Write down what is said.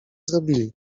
zrobili